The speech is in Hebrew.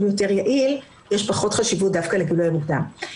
יותר יעיל יש פחות חשיבות דווקא לגילוי המוקדם.